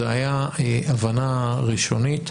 זו הייתה הבנה ראשונית.